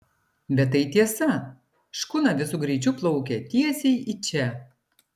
bet tai tiesa škuna visu greičiu plaukia tiesiai į čia